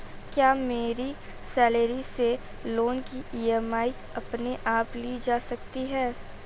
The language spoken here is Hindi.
क्या मेरी सैलरी से मेरे लोंन की ई.एम.आई अपने आप ली जा सकती है?